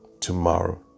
tomorrow